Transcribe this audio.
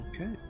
Okay